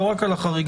לא רק על החריג